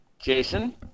Jason